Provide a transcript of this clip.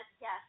yes